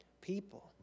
people